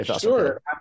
Sure